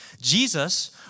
Jesus